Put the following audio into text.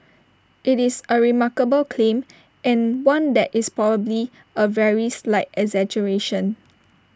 IT is A remarkable claim and one that is probably A very slight exaggeration